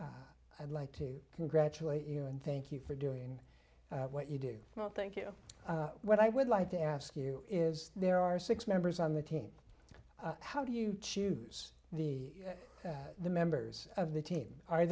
i'd like to congratulate you and thank you for doing what you do small thank you what i would like to ask you is there are six members on the team how do you choose the the members of the team are